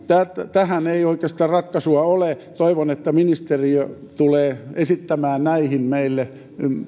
tähän ei oikeastaan ratkaisua ole toivon että ministeriö tulee esittämään näihin meille